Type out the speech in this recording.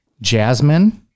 Jasmine